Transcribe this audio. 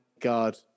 God